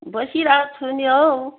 बसिरहेको छु नि हौ